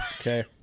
okay